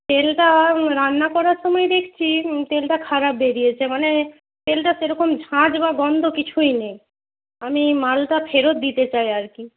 তেলটা রান্না করার সময় দেখছি তেলটা খারাপ বেরিয়েছে মানে তেলটা সেরকম ঝাঁঝ বা গন্ধ কিছুই নেই আমি মালটা ফেরত দিতে চাই আর কি